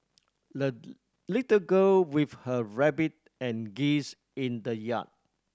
the little girl with her rabbit and geese in the yard